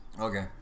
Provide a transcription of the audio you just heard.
Okay